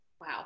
Wow